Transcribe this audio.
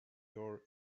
your